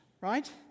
Right